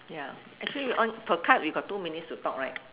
ya actually on per card we got two minutes to talk right